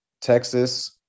Texas